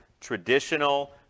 traditional